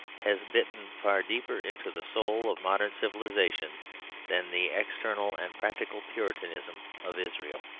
has bitten far deeper into the soul of modern civilization than the external and practical puritanism of israel.